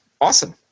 awesome